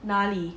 哪里